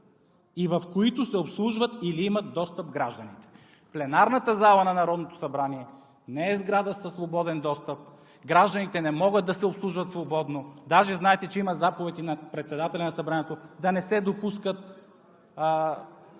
и в които се обслужват или имат достъп гражданите.“ Пленарната зала на Народното събрание не е сграда със свободен достъп, гражданите не могат да се обслужват свободно. Даже знаете, че има заповед на председателя на Събранието, да не се допускат